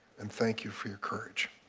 and thank you for your courage.